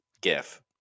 GIF